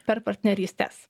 per partnerystes